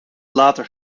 later